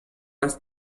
las